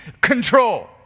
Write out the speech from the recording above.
control